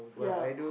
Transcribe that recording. ya